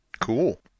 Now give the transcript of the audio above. Cool